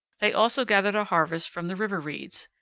they also gathered a harvest from the river reeds.